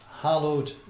Hallowed